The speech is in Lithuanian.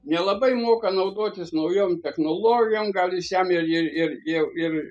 nelabai moka naudotis naujom technologijom gal jis jam ir ir ir ir